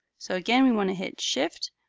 so again, we want to hit shift,